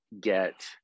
get